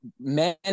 men